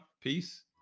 peace